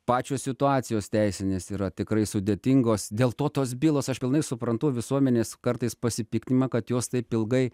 pačios situacijos teisinės yra tikrai sudėtingos dėl to tos bylos aš pilnai suprantu visuomenės kartais pasipiktinimą kad jos taip ilgai